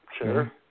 Sure